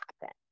happen